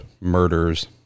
murders